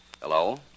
Hello